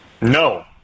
No